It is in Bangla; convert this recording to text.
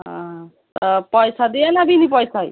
ও তা পয়সা দিয়ে না বিনি পয়সায়